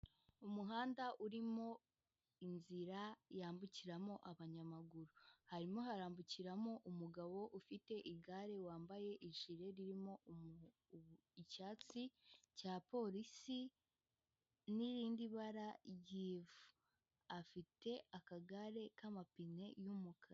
Umuhanda urimo inzira yambukiramo abanyamaguru. Harimo harambukiramo umugabo ufite igare, wambaye ijire ririmo icyatsi cya polisi n'irindi bara ry'ivu. Afite akagare k'amapine y'umukara.